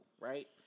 right